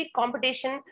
competition